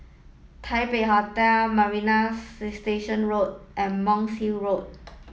Taipei Hotel Marina Station Road and Monk's Road